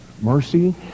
mercy